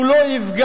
הוא לא יפגע.